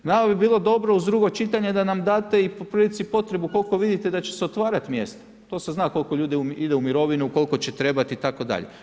Nama bi bilo dobro uz drugo čitanje da nam date i po prilici potrebu koliko vidite da će se otvarat mjesta, to se zna koliko ljudi ide u mirovinu, koliko će trebat itd.